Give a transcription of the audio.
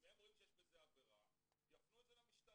אם הם רואים שיש בזה עבירה הם יפנו את זה למשטרה.